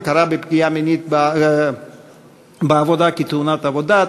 הכרה בפגיעה מינית בעבודה כתאונת עבודה),